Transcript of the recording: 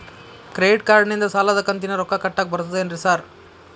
Credit ಕಾರ್ಡನಿಂದ ಸಾಲದ ಕಂತಿನ ರೊಕ್ಕಾ ಕಟ್ಟಾಕ್ ಬರ್ತಾದೇನ್ರಿ ಸಾರ್?